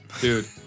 Dude